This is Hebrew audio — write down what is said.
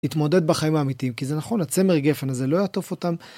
התמודד בחיים האמיתיים, כי זה נכון, הצמר גפן הזה לא יעטוף אותם.